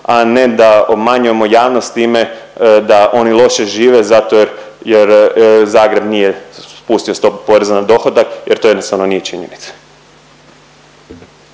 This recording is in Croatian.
a ne da obmanjujemo javnost time da oni loše žive zato jer, jer Zagreb nije spustio stopu poreza na dohodak jer to jednostavno nije činjenica.